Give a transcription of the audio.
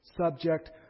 subject